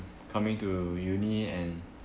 coming to uni and